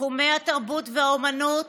תחומי התרבות והאומנות